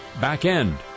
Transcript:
back-end